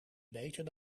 beter